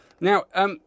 Now